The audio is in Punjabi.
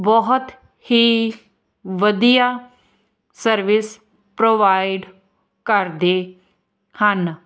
ਬਹੁਤ ਹੀ ਵਧੀਆ ਸਰਵਿਸ ਪ੍ਰੋਵਾਈਡ ਕਰਦੇ ਹਨ